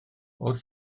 wrth